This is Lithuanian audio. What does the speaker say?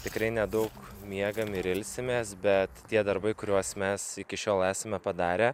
tikrai nedaug miegam ir ilsimės bet tie darbai kuriuos mes iki šiol esame padarę